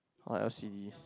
on L_C_D